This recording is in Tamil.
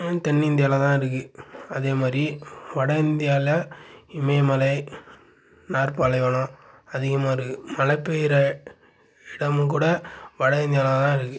தென்னிந்தியாவில் தான் இருக்குது அதே மாதிரி வடஇந்தியாவில் இமய மலை தார் பாலைவனம் அதிகமாக இருக்குது மழை பெய்யுற இடமும் கூட வடஇந்தியாவில் தான் இருக்குது